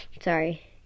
Sorry